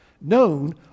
known